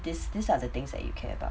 this these are the things that you care about